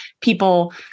people